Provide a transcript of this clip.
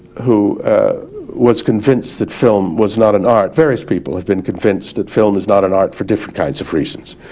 who was convinced that film was not an art, various people have been convinced that film is not an art for different kinds of reasons.